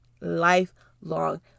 Lifelong